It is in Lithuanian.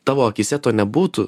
tavo akyse to nebūtų